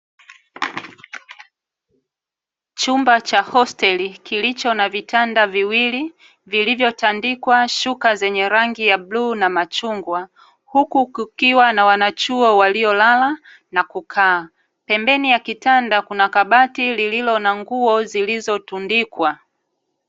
Chumba cha hosteli kilicho na vitanda viwili, vilivyotandikwa shuka zenye rangi ya bluu na machungwa, huku kukiwa na wanachuo waliolala na kukaa. Pembeni ya kitanda kuna kabati lililo na nguo zilizotundikwa.